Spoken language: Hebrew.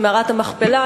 את מערת המכפלה,